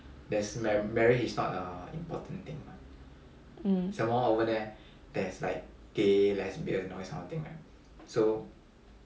mm